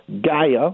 Gaia